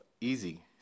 easy